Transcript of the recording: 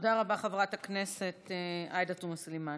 תודה רבה, חברת הכנסת עאידה תומא סלימאן.